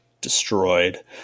destroyed